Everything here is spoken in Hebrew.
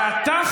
ואתה,